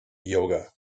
yoga